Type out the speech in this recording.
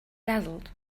dazzled